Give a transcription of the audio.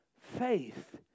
faith